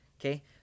Okay